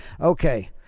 Okay